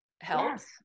helps